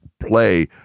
Play